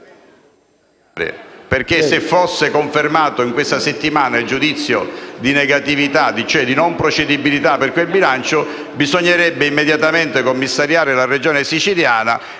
se fosse confermato in questa settimana il giudizio di negatività e di non procedibilità per quel bilancio, bisognerebbe immediatamente commissariare la Regione Siciliana